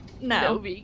No